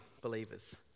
believers